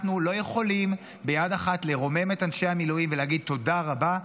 אנחנו לא יכולים ביד אחת לרומם את אנשי המילואים ולהגיד תודה רבה,